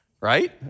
right